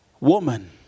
Woman